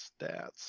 stats